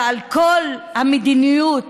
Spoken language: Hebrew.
ועל כל המדיניות